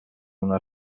una